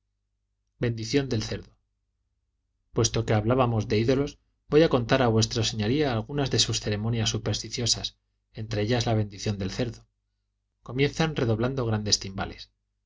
del cerdo puesto que hablamos de ídolos voy a contar a vuestra señoría algunas de sus ceremonias supersticiosas entre ellas la bendición del cerdo comienzan redoblando grandes timbales en